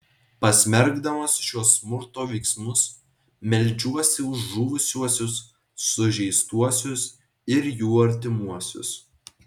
pasmerkdamas šiuos smurto veiksmus meldžiuosi už žuvusiuosius sužeistuosius ir jų artimuosius